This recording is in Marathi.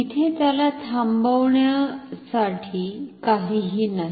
तिथे त्याला थांबवण्यासाठी काहीही नाही